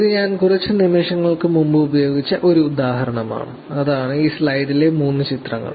ഇത് ഞാൻ കുറച്ച് നിമിഷങ്ങൾക്ക് മുമ്പ് ഉപയോഗിച്ച ഒരു ഉദാഹരണമാണ് അതാണ് ഈ സ്ലൈഡിലെ മൂന്ന് ചിത്രങ്ങൾ